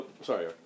Sorry